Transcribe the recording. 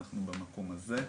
אנחנו במקום הזה,